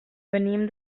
venim